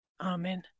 Amen